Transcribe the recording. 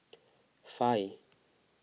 five